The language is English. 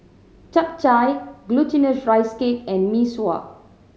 Chap Chai Glutinous Rice Cake and Mee Sua